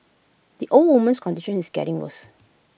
the old woman's condition is getting worse